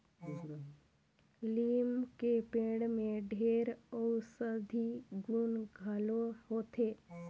लीम के पेड़ में ढेरे अउसधी गुन घलो होथे